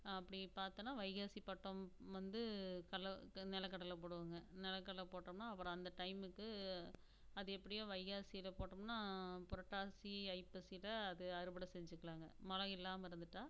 அப்படி பார்த்தோனா வைகாசி பட்டம் வந்து கல்ல நில கடலை போடுவோங்க நில கடலை போட்டோம்னால் அப்புறம் அந்த டைமுக்கு அது எப்படியோ வைகாசியில் போட்டோம்னால் புரட்டாசி ஐப்பசியில் அது அறுவட செஞ்சுக்கலாங்க மழை இல்லாமல் இருந்துவிட்டா